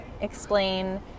explain